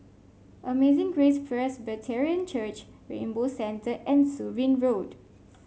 Amazing Grace Presbyterian Church Rainbow Center and Surin Road